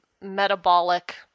metabolic